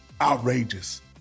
outrageous